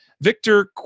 Victor